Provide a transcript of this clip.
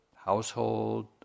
household